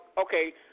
Okay